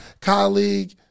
colleague